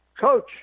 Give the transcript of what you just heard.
Coach